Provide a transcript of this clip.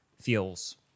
feels